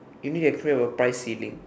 you need to explain about price ceiling